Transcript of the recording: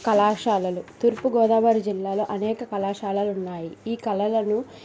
కళాశాలలు తూర్పుగోదావరి జిల్లాలో అనేక కళాశాలలు ఉన్నాయి ఈ కళలను